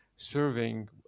Serving